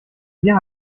wir